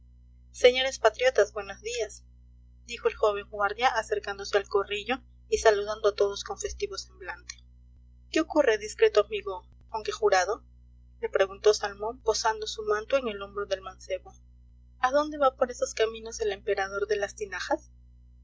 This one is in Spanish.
señores patriotas buenos días dijo el joven guardia acercándose al corrillo y saludando a todos con festivo semblante qué ocurre discreto amigo aunque jurado le preguntó salmón posando su manto en el hombro del mancebo a dónde va por esos caminos el emperador de las tinajas